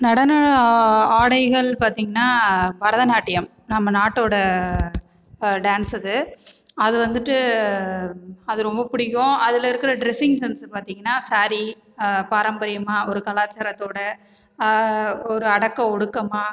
நடன ஆடைகள் பாத்தீங்கனா பரதநாட்டியம் நம்ம நாட்டோட டான்ஸ் அது அது வந்துவிட்டு அது ரொம்ப பிடிக்கும் அதில் இருக்கிற ட்ரெஸ்ஸிங்சென்ஸ் பார்த்தீங்கன்னா சாரீ பாரம்பரியமாக ஒரு கலாச்சாரத்தோட ஒரு அடக்க ஒடுக்கமாக